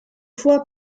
fois